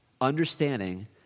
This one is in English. understanding